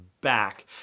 back